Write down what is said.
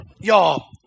y'all